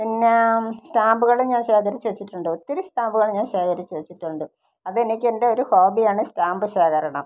പിന്നെ സ്റ്റാമ്പുകൾ ഞാൻ ശേഖരിച്ചു വെച്ചിട്ടുണ്ട് ഒത്തിരി സ്റ്റാമ്പുകൾ ഞാൻ ശേഖരിച്ച് വെച്ചിട്ടുണ്ട് അത് എനിക്ക് എൻ്റെ ഒരു ഹോബിയാണ് സ്റ്റാമ്പ് ശേഖരണം